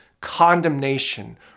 condemnation